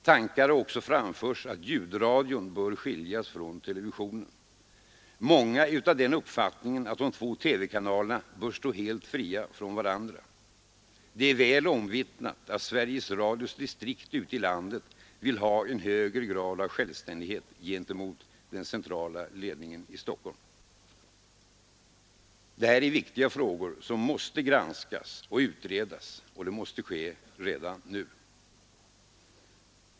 Tankar har framförts att ljudradion bör drivas av ett från televisionen skilt företag. Många är av den uppfattningen att de två TV-kanalerna bör stå helt fria från varandra. Det är väl omvittnat att Sveriges Radios distrikt ute i landet vill ha en högre grad av självständighet gentemot den centrala ledningen i Stockholm. Det här är viktiga frågor som måste granskas och utredas, och det måste ske redan nu.